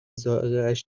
ذائقهاش